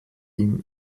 ihm